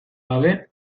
gabe